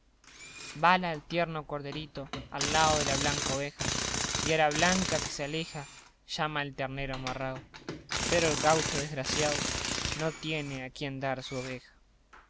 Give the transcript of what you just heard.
bala el tierno corderito al lao de la blanca oveja y a la vaca que se aleja llama el ternero amarrao pero el gaucho desgraciao no tiene a quien dar su oveja